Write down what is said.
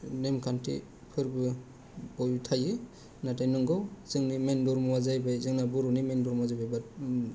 नेमखान्थि फोरबो बेयाव थायो नाथाय नोंगौ जोंनि मेन धर्मआ जाहैबाय जोंना बर'नि मेन धर्मआ जाहैबाय